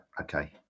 okay